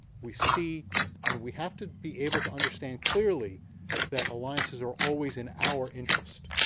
we see and we have to be able to understand clearly that alliances are always in our interest.